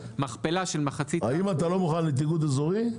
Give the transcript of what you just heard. מכפלה של מחצית- -- אם אתה לא מוכן לתאגוד אזורי,